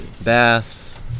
baths